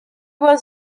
was